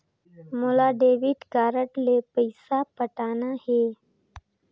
मोला debit card ले पइसा पटाना हे?